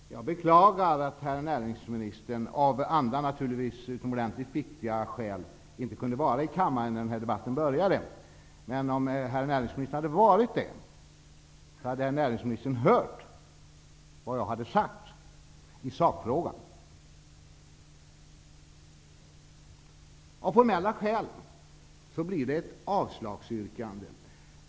Herr talman! Jag beklagar att herr näringsministern, naturligtvis av utomordentligt viktiga skäl, inte kunde vara i kammaren när debatten började. Om herr näringsministern hade varit det, hade han hört vad jag sagt i sakfrågan. Av formella skäl blir det ett avslagsyrkande.